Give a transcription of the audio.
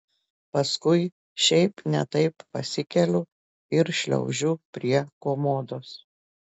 paskui šiaip ne taip pasikeliu ir šliaužiu prie komodos